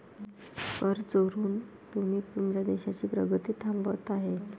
कर चोरून तुम्ही तुमच्या देशाची प्रगती थांबवत आहात